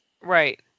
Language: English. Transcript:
Right